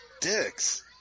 dicks